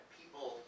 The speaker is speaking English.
people